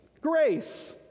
grace